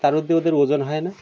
তার অবধি ওদের ওজন হয় না